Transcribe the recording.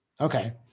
Okay